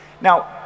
Now